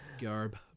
garb